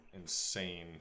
insane